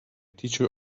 teacher